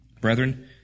Brethren